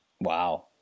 Wow